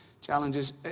challenges